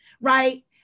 right